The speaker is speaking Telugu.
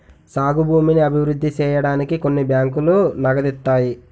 సాగు భూమిని అభివృద్ధి సేయడానికి కొన్ని బ్యాంకులు నగదిత్తాయి